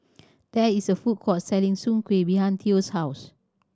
there is a food court selling Soon Kueh behind Theo's house